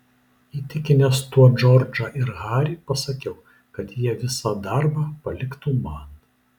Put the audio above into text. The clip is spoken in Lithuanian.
įtikinęs tuo džordžą ir harį pasakiau kad jie visą darbą paliktų man